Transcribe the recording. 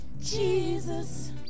Jesus